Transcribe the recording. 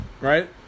right